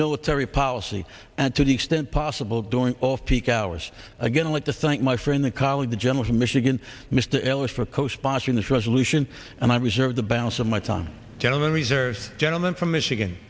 military policy and to the extent possible during off peak hours it was again like to thank my friend the colleague the general from michigan mr ellis for co sponsoring this resolution and i reserve the balance of my time gentleman reserves gentleman from michigan